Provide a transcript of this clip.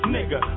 Nigga